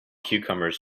cucumbers